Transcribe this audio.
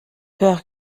peur